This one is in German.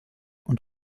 und